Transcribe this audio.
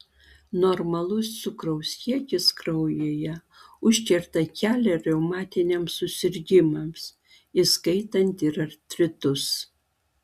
normalus cukraus kiekis kraujyje užkerta kelią reumatiniams susirgimams įskaitant ir artritus